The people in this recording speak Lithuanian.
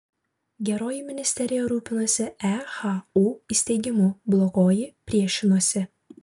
geroji ministerija rūpinosi ehu įsteigimu blogoji priešinosi